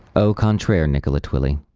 au contraire, nicola twilley.